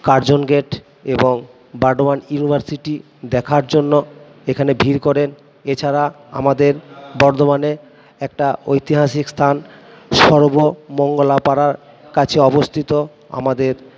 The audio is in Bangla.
কার্জন গেট এবং বার্ডোয়ান ইউনিভার্সিটি দেখার জন্য এখানে ভিড় করেন এছাড়া আমাদের বর্ধমানে একটা ঐতিহাসিক স্থান সর্বমঙ্গলা পাড়ার কাছে অবস্থিত আমাদের